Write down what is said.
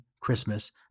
Christmas